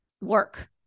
work